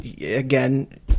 again